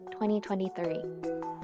2023